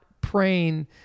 praying